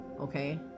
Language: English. okay